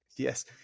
Yes